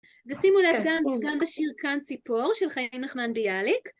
ושימו לב, גם בשיר קן ציפור של חיים נחמן ביאליק